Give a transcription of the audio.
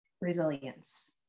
resilience